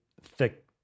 thick